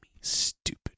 stupid